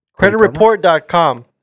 Creditreport.com